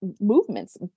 movements